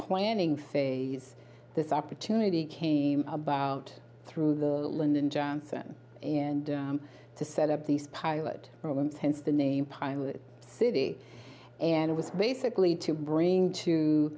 planning phase this opportunity came about through the lyndon johnson and to set up these pilot programs hence the name pilot city and it was basically to bring to